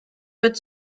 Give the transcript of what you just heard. wird